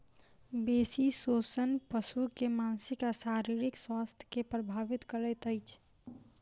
बेसी शोषण पशु के मानसिक आ शारीरिक स्वास्थ्य के प्रभावित करैत अछि